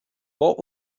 what